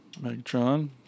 Megatron